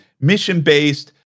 mission-based